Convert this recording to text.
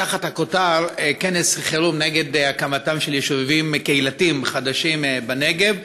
תחת הכותרת: כנס חירום נגד הקמתם של יישובים קהילתיים חדשים בנגב,